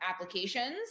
applications